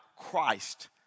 Christ